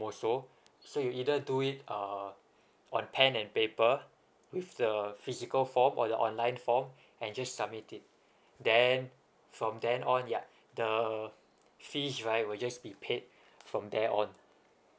also so you either do it uh on pen and paper with the physical form or the online form and just submit it then from then on ya the fees right will just be paid from there on